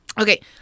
Okay